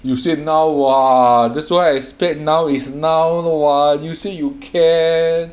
you say now [what] that's why I expect now is now [what] you say you can